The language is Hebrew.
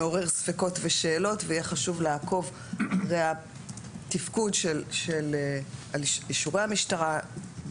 מעורר ספקות ושאלות ויהיה חשוב לעקוב אחרי התפקוד של אישורי המשטרה,